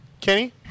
Kenny